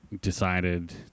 decided